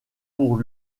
pour